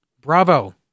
Bravo